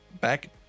back